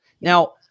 Now